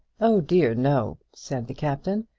oh dear, no, said the captain.